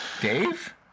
Dave